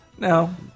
No